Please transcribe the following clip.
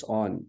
on